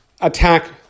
attack